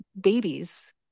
babies